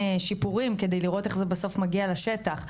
שיפורים כדי לראות איך זה בסוף מגיע לשטח,